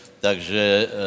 takže